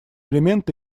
элемент